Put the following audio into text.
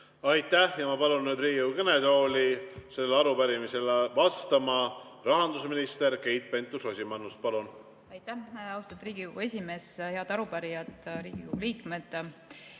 Aitäh! Ma palun nüüd Riigikogu kõnetooli sellele arupärimisele vastama rahandusminister Keit Pentus-Rosimannuse. Palun! Aitäh, austatud Riigikogu esimees! Head arupärijad, Riigikogu liikmed!